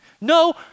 No